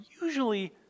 usually